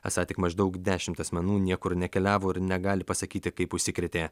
esą tik maždaug dešimt asmenų niekur nekeliavo ir negali pasakyti kaip užsikrėtė